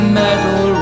metal